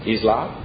Islam